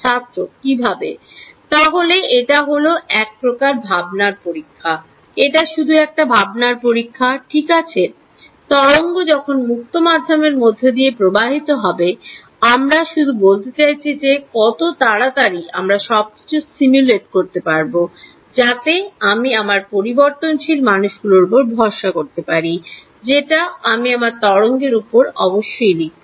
ছাত্র কিভাবে তাহলে এটা হল একপ্রকার ভাবনার পরীক্ষা এটা শুধু একটা ভাবনার পরীক্ষা ঠিক আছে তরঙ্গ যখন মুক্ত মাধ্যমের মধ্য দিয়ে প্রবাহিত হবে আমরা শুধু বলতে চাইছি যে কত তাড়াতাড়ি আমরা সবকিছু simulate করতে পারব যাতে আমি আমার পরিবর্তনশীল মানুষগুলোর উপর ভরসা করতে পারি যেটা আমি আমার তরঙ্গের উপর অবশ্যই লিখব